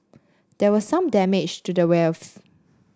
there was some damage to the valve